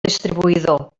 distribuïdor